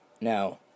Now